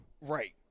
Right